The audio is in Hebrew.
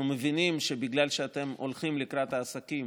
אנחנו מבינים שבגלל שאתם הולכים לקראת העסקים